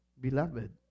beloved